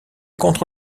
contre